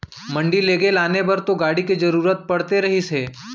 मंडी लेगे लाने बर तो गाड़ी के जरुरत पड़ते रहिस हे